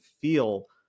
feel